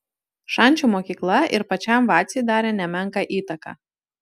šančių mokykla ir pačiam vaciui darė nemenką įtaką